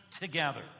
together